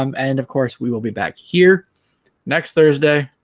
um and of course we will be back here next thursday